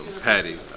Patty